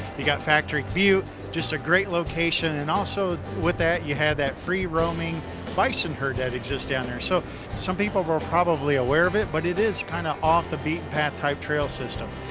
you got factory butte just a great location and also with that you have that free roaming bison herd that exists down there so some people are aware of it but it is kind of off the beaten path type trail system.